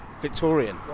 Victorian